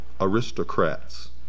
aristocrats